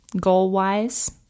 goal-wise